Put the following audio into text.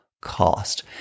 cost